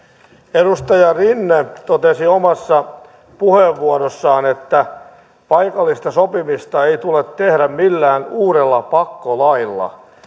edustaja rinne totesi omassa puheenvuorossaan että paikallista sopimista ei tule tehdä millään uudella pakkolailla